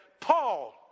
Paul